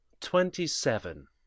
Twenty-seven